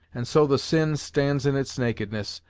and so the sin stands in its nakedness,